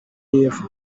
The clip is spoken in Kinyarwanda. y’epfo